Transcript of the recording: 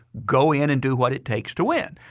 go in and do what it takes to win.